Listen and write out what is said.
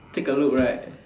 take a look right